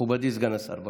מכובדי סגן השר.